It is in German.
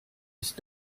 ist